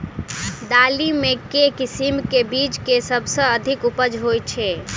दालि मे केँ किसिम केँ बीज केँ सबसँ अधिक उपज होए छै?